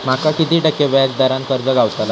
माका किती टक्के व्याज दरान कर्ज गावतला?